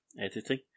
editing